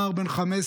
נער בן 15,